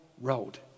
road